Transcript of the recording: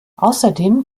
außerdem